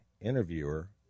interviewer